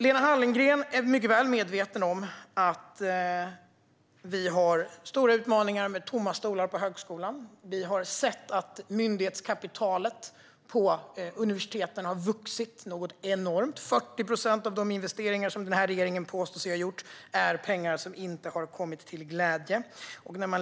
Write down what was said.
Lena Hallengren är mycket väl medveten om att vi har stora utmaningar med tomma stolar på högskolan. Vi har sett att myndighetskapitalet på universiteten har vuxit något enormt. 40 procent av de investeringar som regeringen påstår sig ha gjort är pengar som inte har kommit till glädje.